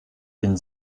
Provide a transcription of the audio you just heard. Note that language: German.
den